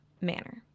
manner